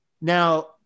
now